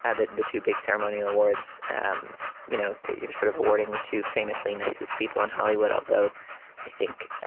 and the the two big ceremonial awards. and you know that you're sort of awarding the two famously nicest people in hollywood, although i think,